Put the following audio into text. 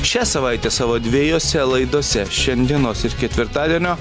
šią savaitę savo dvejose laidose šiandienos ir ketvirtadienio